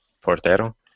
portero